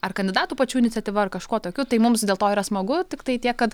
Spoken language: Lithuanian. ar kandidatų pačių iniciatyva ar kažko tokiu tai mums dėl to yra smagu tiktai tiek kad